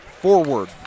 Forward